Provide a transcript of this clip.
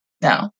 no